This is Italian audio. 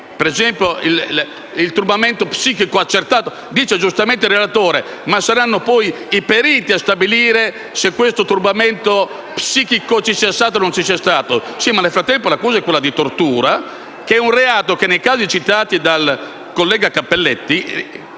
ad esempio, al turbamento psichico accertato. Sostiene giustamente il relatore che saranno poi i periti a stabilire se questo turbamento psichico ci sia stato o no. Sì, ma nel frattempo l'accusa è quella di tortura, che è un reato che, nei casi citati dal collega Cappelletti,